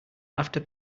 after